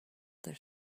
their